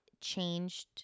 changed